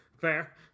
fair